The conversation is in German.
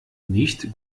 nicht